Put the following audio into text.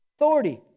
authority